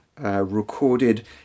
recorded